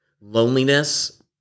loneliness